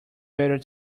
whether